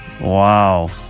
Wow